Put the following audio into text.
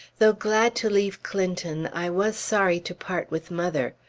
though glad to leave clinton, i was sorry to part with mother.